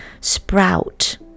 sprout